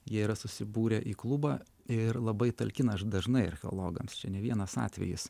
jie yra susibūrę į klubą ir labai talkina aš dažnai archeologams čia ne vienas atvejis